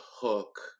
hook